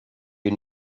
you